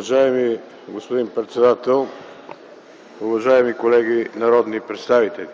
Уважаеми господин председател, уважаеми колеги народни представители!